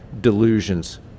delusions